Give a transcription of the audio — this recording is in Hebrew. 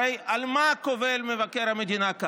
הרי על מה קובל כאן מבקר המדינה?